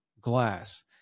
glass